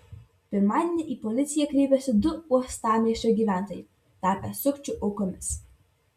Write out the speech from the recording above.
pirmadienį į policiją kreipėsi du uostamiesčio gyventojai tapę sukčių aukomis